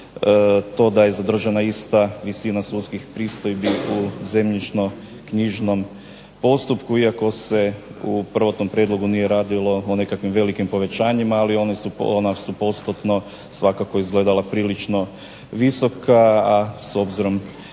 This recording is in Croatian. to da je zadržana ista visina sudskih pristojbi u zemljišno-knjižnom postupku, iako se u prvotnom prijedlogu nije radilo o nekakvim velikim povećanjima ali ona su postupno svakako izgledala prilično visoka, a s obzirom